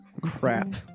crap